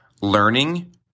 learning